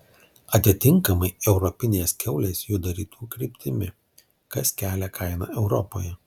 atitinkamai europinės kiaulės juda rytų kryptimi kas kelia kainą europoje